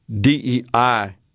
DEI